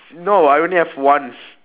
no I only have one